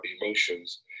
emotions